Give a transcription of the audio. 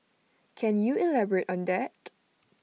can you elaborate on that